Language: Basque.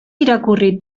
irakurri